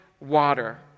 water